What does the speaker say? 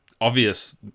obvious